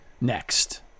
next